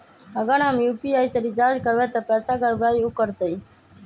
अगर हम यू.पी.आई से रिचार्ज करबै त पैसा गड़बड़ाई वो करतई?